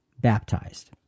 baptized